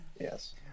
Yes